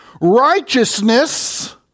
Righteousness